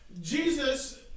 Jesus